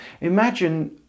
Imagine